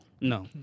no